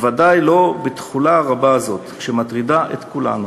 ודאי לא בתחולה הרבה הזאת, שמטרידה את כולנו".